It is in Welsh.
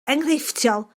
enghreifftiol